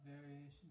Variations